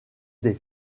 des